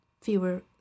fewer